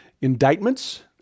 indictments